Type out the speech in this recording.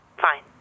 fine